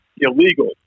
illegal